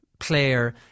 player